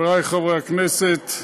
חברי חברי הכנסת,